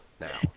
now